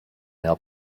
help